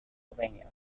pennsylvania